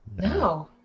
No